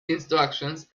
instructions